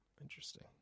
Interesting